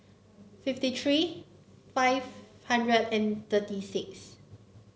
fifty three five hundred and thirty six